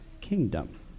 Kingdom